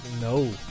no